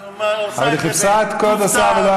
לא חשוב.